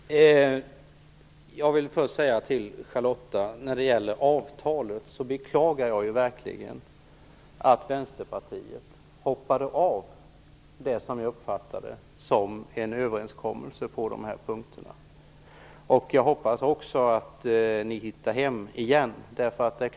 Fru talman! Jag vill först säga till Charlotta L Bjälkebring att när det gäller avtalet beklagar jag verkligen att Vänsterpartiet hoppade av det som jag uppfattade som en överenskommelse på dessa punkter. Jag hoppas också att ni hittar hem igen.